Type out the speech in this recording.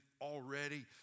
already